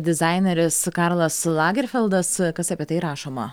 dizaineris karlas lagerfeldas kas apie tai rašoma